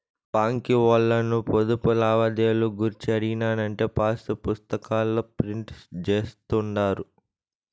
బాంకీ ఓల్లను పొదుపు లావాదేవీలు గూర్చి అడిగినానంటే పాసుపుస్తాకాల ప్రింట్ జేస్తుండారు